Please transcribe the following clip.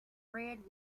reds